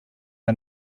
are